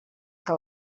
que